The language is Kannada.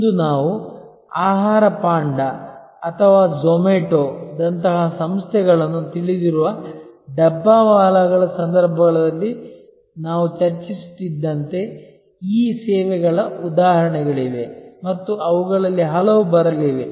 ಇಂದು ನಾವು ಆಹಾರ ಪಾಂಡಾ ಅಥವಾ o ೊಮಾಟೊ ದಂತಹ ಸಂಸ್ಥೆಗಳನ್ನು ತಿಳಿದಿರುವ ಡಬ್ಬಾವಾಲಾಗಳ ಸಂದರ್ಭದಲ್ಲಿ ನಾವು ಚರ್ಚಿಸುತ್ತಿದ್ದಂತೆ ಇ ಸೇವೆಗಳ ಉದಾಹರಣೆಗಳಿವೆ ಮತ್ತು ಅವುಗಳಲ್ಲಿ ಹಲವು ಬರಲಿವೆ